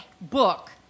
Book